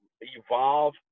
evolve